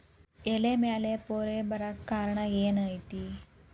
ಎಲೆ ಮ್ಯಾಲ್ ಪೊರೆ ಬರಾಕ್ ಕಾರಣ ಏನು ಐತಿ?